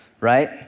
Right